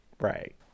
right